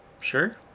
Sure